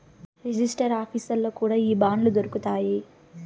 register ఆఫీసుల్లో కూడా ఈ బాండ్లు దొరుకుతాయి